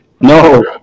No